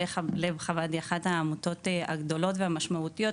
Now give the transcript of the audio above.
לב חב"ד היא אחת העמותות הגדולות והמשמעותיות,